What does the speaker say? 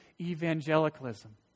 evangelicalism